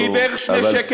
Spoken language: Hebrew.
שהיא בערך 2 שקל לקוב.